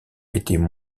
étaient